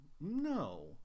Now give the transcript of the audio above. No